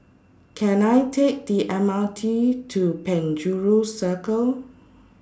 Can I Take The M R T to Penjuru Circle